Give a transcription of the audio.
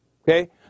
Okay